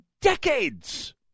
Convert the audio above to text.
decades